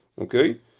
okay